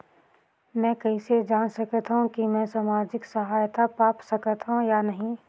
मै कइसे जान सकथव कि मैं समाजिक सहायता पा सकथव या नहीं?